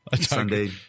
sunday